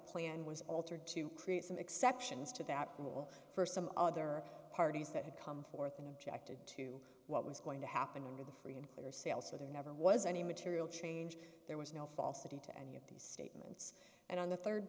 plan was altered to create some exceptions to that rule for some other parties that had come forth in objected to what was going to happen under the free and clear sale so there never was any material change there was no falsity to any of these statements and on the third